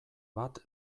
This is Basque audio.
bat